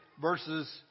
versus